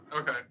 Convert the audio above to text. Okay